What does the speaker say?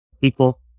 People